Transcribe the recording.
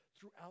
throughout